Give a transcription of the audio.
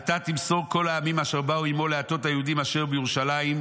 עתה תמסור כל העמים אשר באו עימו להטעות היהודים אשר בירושלים".